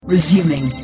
Resuming